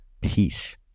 peace